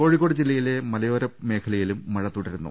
കോഴിക്കോട് ജില്ലയിലെ മലയോര മേഖലയിലും മഴ തുടരുന്നു